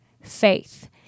faith